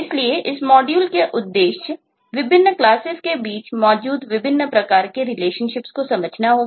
इसलिए इस मॉड्यूल का उद्देश्य विभिन्न क्लासेस को समझना होगा